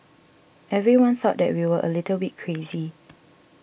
everyone thought that we were a little bit crazy